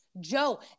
Joe